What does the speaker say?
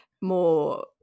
more